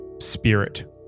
spirit